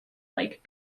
like